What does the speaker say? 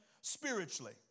spiritually